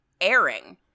airing